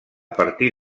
partir